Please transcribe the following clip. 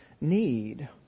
need